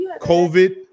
covid